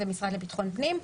מהמשרד לביטחון הפנים.